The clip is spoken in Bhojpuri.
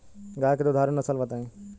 गाय के दुधारू नसल बताई?